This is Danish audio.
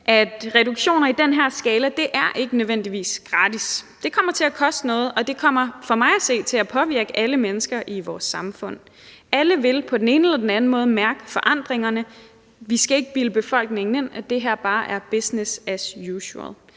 at reduktioner i den her skala ikke nødvendigvis er gratis. Det kommer til at koste noget, og det kommer for mig at se til at påvirke alle mennesker i vores samfund. Alle vil på den ene eller den anden måde mærke forandringerne. Vi skal ikke bilde befolkningen ind, at det her bare er business as usual.